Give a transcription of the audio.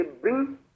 bring